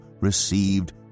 received